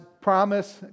promise